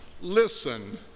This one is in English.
Listen